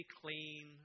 clean